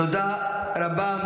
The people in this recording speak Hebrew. תודה רבה.